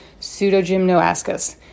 Pseudogymnoascus